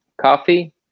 coffee